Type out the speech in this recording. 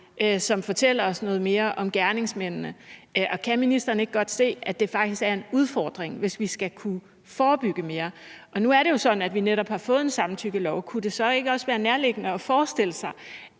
som fortæller os noget mere om gerningsmændene. Kan ministeren ikke godt se, at det faktisk er en udfordring, hvis vi skal kunne forebygge mere? Nu er det jo sådan, at vi netop har fået en samtykkelov. Kunne det så ikke også være nærliggende at forestille sig,